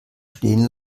stehen